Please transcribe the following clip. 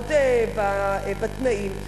לעמוד בתנאים,